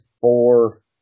four